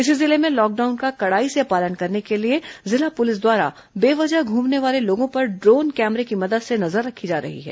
इसी जिले में लॉकडाउन का कड़ाई से पालन कराने के लिए जिला पुलिस द्वारा बेवजह घूमने वाले लोगों पर ड्रोन कैमरे की मदद से नजर रखी जा रही है